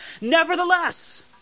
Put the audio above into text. Nevertheless